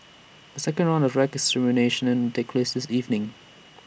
A second round of rat extermination will take evening